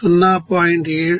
0